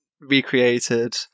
recreated